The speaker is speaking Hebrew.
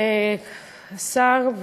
השר,